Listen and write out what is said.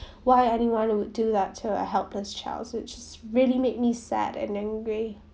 why anyone would do that to a helpless child which really made me sad and angry